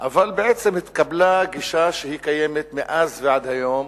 אבל בעצם התקבלה גישה שקיימת מאז ועד היום.